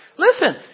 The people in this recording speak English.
Listen